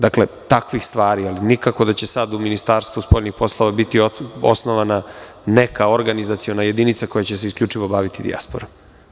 Dakle, takvih stvari, ali nikako da će sada Ministarstvo spoljnih poslova biti osnovana neka organizaciona jedinica koja će se isključivo baviti dijasporom.